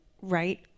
right